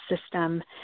system